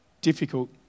difficult